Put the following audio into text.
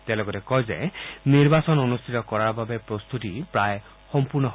তেওঁ লগতে কয় যে নিৰ্বাচন অনুষ্ঠিত কৰাৰ বাবে প্ৰস্তুতিৰ কাম প্ৰায় সম্পূৰ্ণ হৈছে